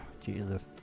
Jesus